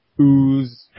Ooze